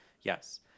Yes